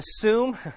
assume